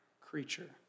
creature